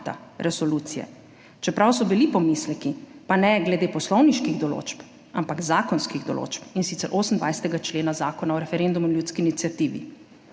resolucije, čeprav so bili pomisleki, pa ne glede poslovniških določb, ampak zakonskih določb, in sicer 28. člena Zakona o referendumu in ljudski iniciativi.